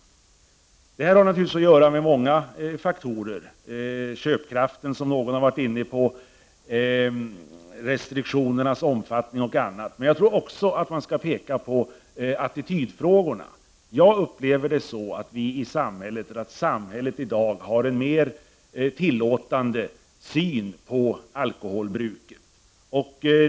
Detta beror naturligtvis på många faktorer — köpkraften, som någon tidigare nämnde, restriktionernas omfattning och annat. Men jag tror också att man skall betona attitydfrågorna. Jag upplever att vi i samhället i dag har en mer tillåtande syn på alkoholbruket.